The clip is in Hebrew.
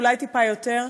אולי טיפה יותר,